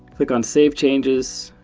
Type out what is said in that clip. click on save changes.